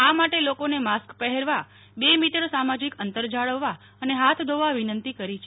આ માટે લોકોને માસ્ક પહેરવા બે મીટર સામાજિક અંતર જાળવવા અને હાથ ધોવા વિનંતી કરી છે